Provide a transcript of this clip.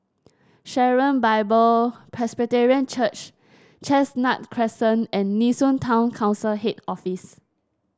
Sharon Bible Presbyterian Church Chestnut Crescent and Nee Soon Town Council Head Office